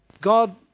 God